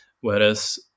Whereas